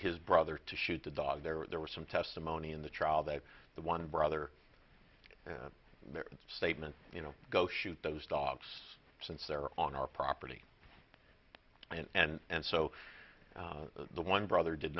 his brother to shoot the dog there there was some testimony in the trial that the one brother statement you know go shoot those dogs since they're on our property and and so the one brother did